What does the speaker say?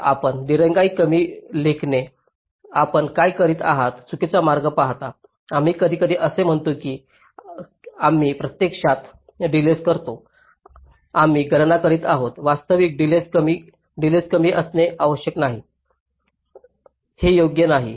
आता आपण दिरंगाई कमी लेखणे आपण काय करीत आहात चुकीचा मार्ग पाहता आम्ही कधीकधी असे म्हणतो की आम्ही प्रत्यक्षात डिलेज करतो आम्ही गणना करीत आहोत वास्तविक डिलेज कमी असणे आवश्यक नाही हे योग्य नाही